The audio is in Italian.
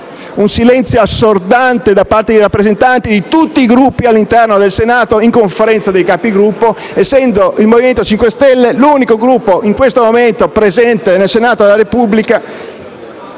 un silenzio assordante da parte dei rappresentanti di tutti i Gruppi all'interno del Senato in Conferenza dei Capigruppo, essendo il Movimento 5 Stelle l'unico Gruppo presente in questo momento nel Senato della Repubblica